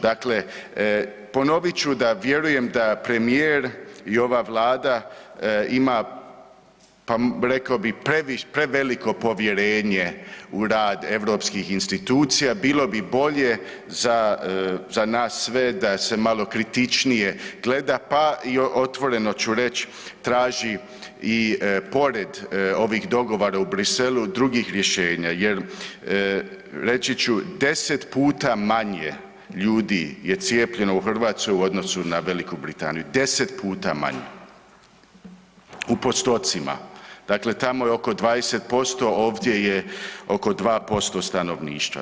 Dakle, ponovit ću da vjerujem da premijer i ova Vlada ima pa reko bih, preveliko povjerenje u rad europskih institucija, bilo bi bolje za nas sve da se malo kritičnije gleda pa i otvoreno ću reć, traži i pored ovih dogovora u Bruxellesu drugih rješenja jer reći ću, 10 puta manje ljudi je cijepljeno u Hrvatskoj u odnosu na V. Britaniju, 10 puta manje, u postocima, dakle tamo je oko 20%, ovdje je oko 2% stanovništva.